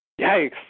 Yikes